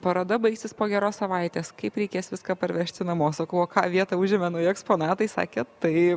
paroda baigsis po geros savaitės kaip reikės viską parvežti namo sakau o ką vietą užėmė nauji eksponatai sakė taip